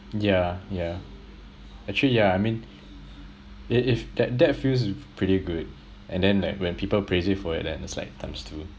yeah yeah actually yeah I mean it if that that feels pretty good and then like when people praise you for it then it's like times two